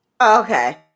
Okay